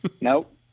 Nope